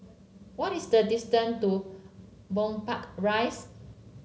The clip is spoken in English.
what is the distance to Gombak Rise